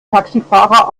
taxifahrer